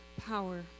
power